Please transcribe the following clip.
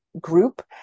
group